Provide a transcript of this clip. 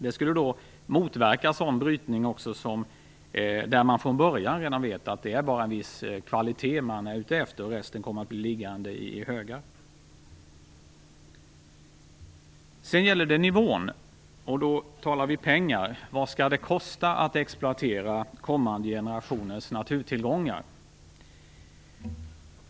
Det skulle motverka sådan brytning där man från början bara är ute efter en viss kvalitet, resten kommer att bli liggande i högar. Sedan gäller det nivån, och då talar vi pengar: Vad skall det kosta att exploatera kommande generationers naturtillgångar?